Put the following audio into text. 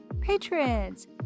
patrons